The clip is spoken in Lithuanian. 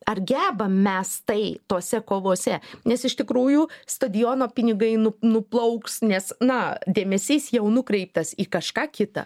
ar gebam mes tai tose kovose nes iš tikrųjų stadiono pinigai nuplauks nes na dėmesys jau nukreiptas į kažką kita